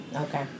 Okay